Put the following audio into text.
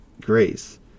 grace